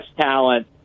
talent